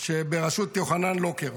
בראשות יוחנן לוקר.